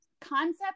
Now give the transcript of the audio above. concept